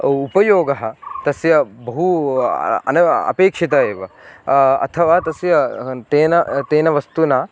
उपयोगः तस्य बहु अना अपेक्षिता एव अथवा तस्य तेन तेन वस्तुना